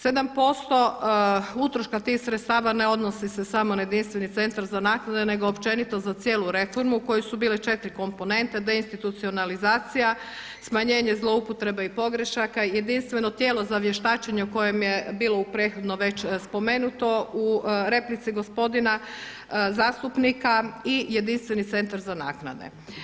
7% utroška tih sredstava ne odnosi se samo na jedinstveni centar za naknade nego općenito za cijelu reformu u kojoj su bile četiri komponente de institucionalizacija, smanjenje zloupotrebe i pogrešaka, jedinstveno tijelo za vještačenje koje je bilo prethodno već spomenuto u replici gospodina zastupnika i jedinstveni centar za naknade.